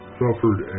suffered